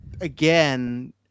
again